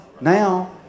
Now